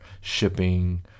shipping